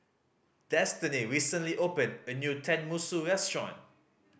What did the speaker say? Destany recently opened a new Tenmusu Restaurant